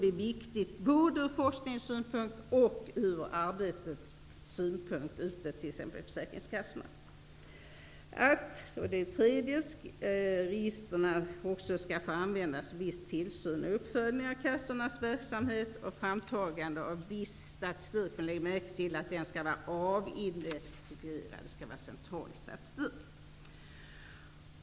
Det är viktigt både ur forskningssynpunkt och ur arbetssynpunkt, t.ex. För det tredje skall registren också få användas för viss tillsyn och uppföljning av kassornas verksamhet och för framtagande av viss statistik. Lägg märke till att uppgifterna skall vara avidentifierade. Det skall vara fråga om central statistik.